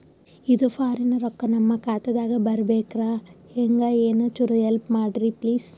ಇದು ಫಾರಿನ ರೊಕ್ಕ ನಮ್ಮ ಖಾತಾ ದಾಗ ಬರಬೆಕ್ರ, ಹೆಂಗ ಏನು ಚುರು ಹೆಲ್ಪ ಮಾಡ್ರಿ ಪ್ಲಿಸ?